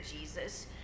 Jesus